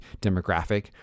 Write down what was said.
demographic